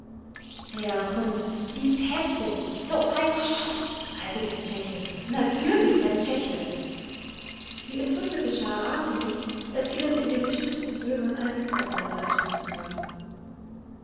der hund die petze so ein schuft also der czeche natürlich der czeche die entrüstete schaar ahnte nicht daß ihnen in dem beschimpften böhmen ein blitzableiter erstanden war